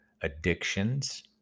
addictions